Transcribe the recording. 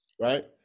right